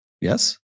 Yes